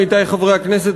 עמיתי חברי הכנסת,